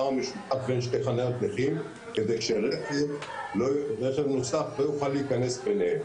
משותף בין שתי חניות נכים כדי שרכב נוסף לא יוכל להיכנס ביניהם.